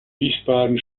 wiesbaden